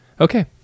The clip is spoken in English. okay